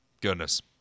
goodness